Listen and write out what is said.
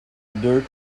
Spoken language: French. deux